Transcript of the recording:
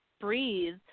breathe